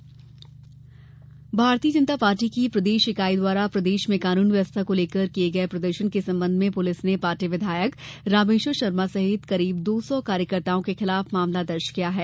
भाजपा प्रकरण भारतीय जनता पार्टी की प्रदेश ईकाई द्वारा प्रदेश में कानून व्यवस्था को लेकर किये प्रदर्शन के संबंध में पुलिस ने पार्टी विधायक रामेश्वर शर्मा सहित करीब दो सौ कार्यकर्ताओं के खिलाफ मामला दर्ज किया है